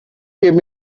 give